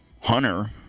Hunter